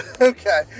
Okay